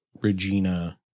regina